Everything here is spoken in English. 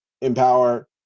empower